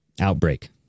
Outbreak